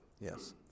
yes